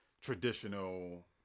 traditional